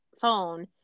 phone